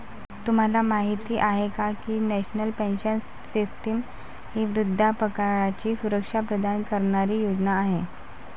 तुम्हाला माहिती आहे का की नॅशनल पेन्शन सिस्टीम ही वृद्धापकाळाची सुरक्षा प्रदान करणारी योजना आहे